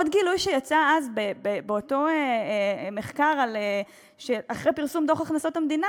עוד גילוי שיצא אז באותו מחקר אחרי פרסום דוח הכנסות המדינה